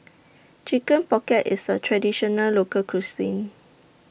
Chicken Pocket IS A Traditional Local Cuisine